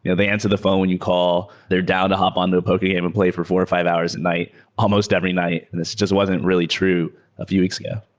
yeah they answer the phone, you call. they're down to hop on to a poker game and play for four or five hours a night almost every night and this just wasn't really true a few weeks ago